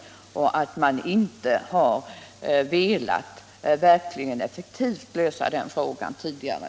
Det är märkligt att man inte tidigare har velat lösa detta problem verkligt effektivt.